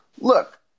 look